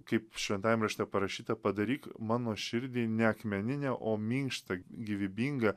kaip šventajam rašte parašyta padaryk mano širdį ne akmeninę o minkštą gyvybingą